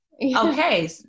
okay